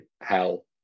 hell